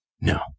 no